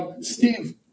Steve